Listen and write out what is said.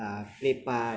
play part